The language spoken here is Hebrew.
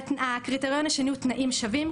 הקריטריון השני הוא תנאים שווים,